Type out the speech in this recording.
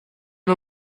nur